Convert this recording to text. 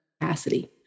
capacity